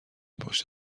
پشت